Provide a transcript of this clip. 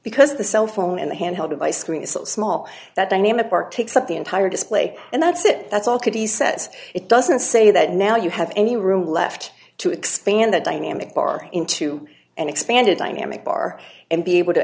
because the cell phone and the handheld device screen is so small that dynamic work takes up the entire display and that's it that's all could he says it doesn't say that now you have any room left to expand the dynamic bar into an expanded dynamic bar and be able to